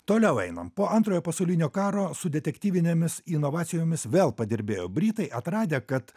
toliau einam po antrojo pasaulinio karo su detektyvinėmis inovacijomis vėl padirbėjo britai atradę kad